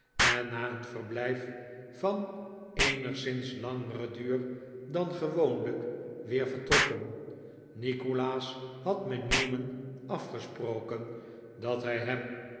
en na een verblijf van eenigszins langeren duur dan gewoonlijk weer vertrokken nikolaas had met newman afgesproken dat hij hem